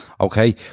okay